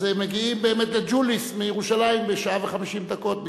אז מגיעים באמת לג'וליס מירושלים בשעה ו-50 דקות,